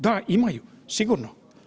Da, imaju sigurno.